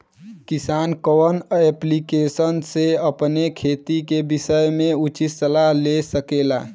किसान कवन ऐप्लिकेशन से अपने खेती के विषय मे उचित सलाह ले सकेला?